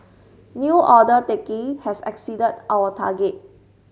new order taking has exceeded our target